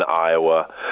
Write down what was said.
Iowa